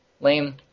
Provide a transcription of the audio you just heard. Lame